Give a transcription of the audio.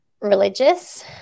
religious